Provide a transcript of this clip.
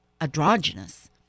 androgynous